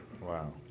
Wow